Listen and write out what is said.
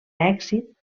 èxit